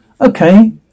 okay